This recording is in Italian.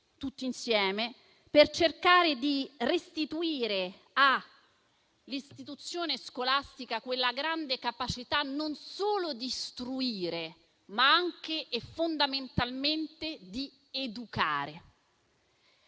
tutti insieme per cercare di restituire all'istituzione scolastica quella grande capacità non solo di istruire, ma anche e fondamentalmente di educare.